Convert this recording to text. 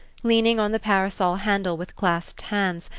leaning on the parasol handle with clasped hands,